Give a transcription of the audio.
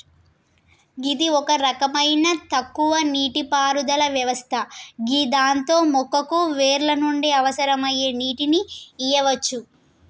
గిది ఒక రకమైన తక్కువ నీటిపారుదల వ్యవస్థ గిదాంతో మొక్కకు వేర్ల నుండి అవసరమయ్యే నీటిని ఇయ్యవచ్చు